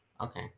Okay